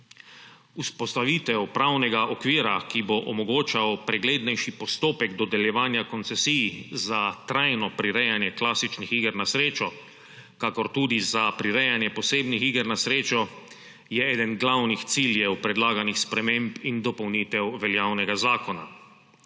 Vzpostavitev pravnega okvira, ki bo omogočal preglednejši postopek dodeljevanja koncesij tako za trajno prirejanje klasičnih iger na srečo kakor tudi za prirejanje posebnih iger na srečo, je eden glavnih ciljev predlaganih sprememb in dopolnitev veljavnega zakona.